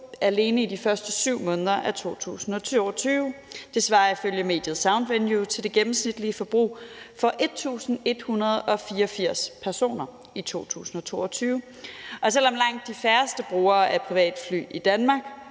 alene i de første 7 måneder af 2022. Det svarer ifølge mediet Soundvenue til det gennemsnitlige forbrug for 1.184 personer i 2022. Og selv om langt de færreste brugere af privatfly i Danmark